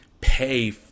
pay